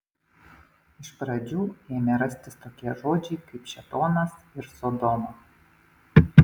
iš pradžių ėmė rastis tokie žodžiai kaip šėtonas ir sodoma